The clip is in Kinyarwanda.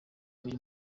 uyu